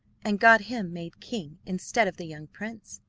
and got him made king instead of the young prince.